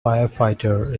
firefighter